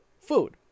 food